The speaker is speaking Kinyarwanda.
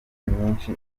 nyinshi